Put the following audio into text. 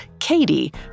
Katie